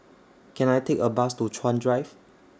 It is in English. Can I Take A Bus to Chuan Drive